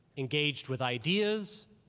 engaged with ideas,